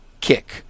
kick